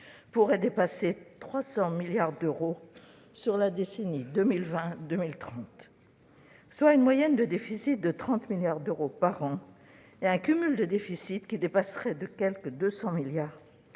pourraient dépasser 300 milliards d'euros durant la décennie 2020-2030, soit une moyenne de déficit de 30 milliards d'euros par an et un cumul de déficit qui dépasserait de quelque 200 milliards